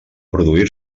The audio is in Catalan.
produir